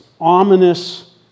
ominous